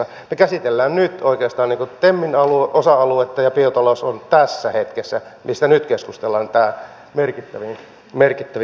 me käsittelemme nyt oikeastaan temin osa aluetta ja biotalous on tässä hetkessä mistä nyt keskustellaan tämä merkittävin juttu